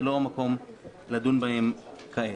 זה לא המקום לדון בהם כעת.